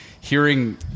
hearing